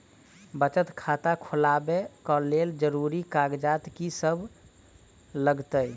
बचत खाता खोलाबै कऽ लेल जरूरी कागजात की सब लगतइ?